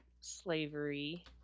slavery